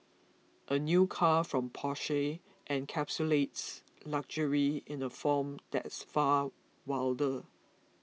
a new car from Porsche encapsulates luxury in a form that's far wilder